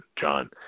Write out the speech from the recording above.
John